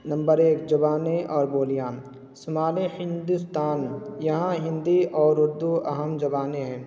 number ایک زبانیں اور بولیاں سمالی ہندوستان یہاں ہندی اور اردو اہم زبانیں ہیں